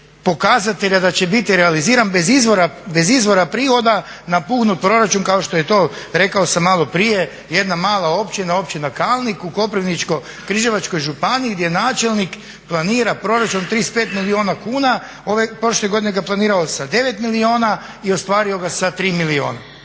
pokazatelja da će biti realiziran, bez izvora prihoda napuhnut proračun. Kao što je to rekao sam maloprije jedna mala općina, općina Kalnik u Koprivničko-križevačkoj županiji gdje načelnik planira proračun 35 milijuna kune, prošle godine ga planirao s 9 milijuna i ostvario ga sa 3 milijuna.